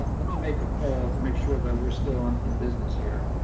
ah let me make a call to make sure that we're still and in business here.